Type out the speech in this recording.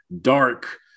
dark